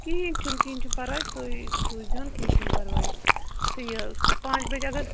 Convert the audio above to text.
کِہیٖنٛۍ چھُنہٕ کِہیٖنٛۍ چھُنہٕ پَرواے تُہۍ سوٗزہوٗن کِہیٖنٛۍ چھُنہٕ پَرواے تہٕ یہِ پانٛژِ بَجہِ اگر